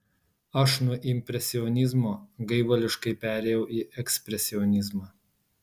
aš nuo impresionizmo gaivališkai perėjau į ekspresionizmą